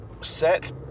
set